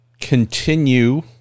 continue